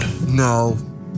No